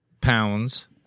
pounds